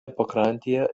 pakrantėje